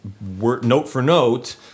note-for-note